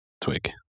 twig